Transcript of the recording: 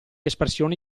espressione